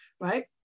right